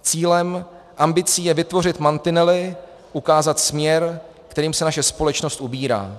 Cílem, ambicí je vytvořit mantinely, ukázat směr, kterým se naše společnost ubírá.